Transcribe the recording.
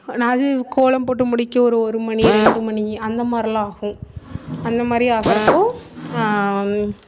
நான் அது கோலம் போட்டு முடிக்க ஒரு ஒரு மணி ரெண்டு மணி அந்த மாரிலாம் ஆகும் அந்த மாதிரி ஆகறப்போ